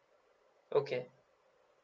okay